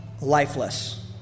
lifeless